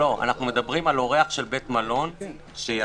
אנחנו מדברים על אורח של בית מלון שיצא.